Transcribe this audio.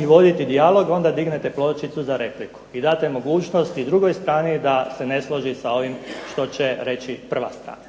i voditi dijalog onda dignete pločicu za repliku i date mogućnosti drugoj strani da se ne složi sa ovim što će reći prva strana.